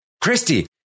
christy